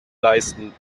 leisten